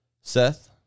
seth